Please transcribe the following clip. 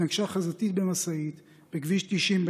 והתנגשה חזיתית במשאית בכביש 90,